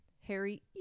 Harry